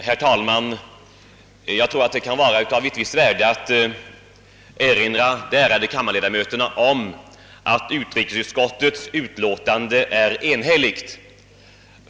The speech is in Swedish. Herr talman! Jag tror att det kan vara av visst värde att erinra de ärade kammarledamöterna om att utrikesutskottets utlåtande är enhälligt.